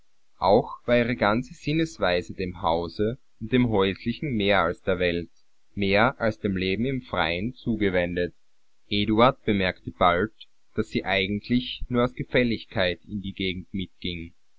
auch war ihre ganze sinnesweise dem hause und dem häuslichen mehr als der welt mehr als dem leben im freien zugewendet eduard bemerkte bald daß sie eigentlich nur aus gefälligkeit in die gegend mitging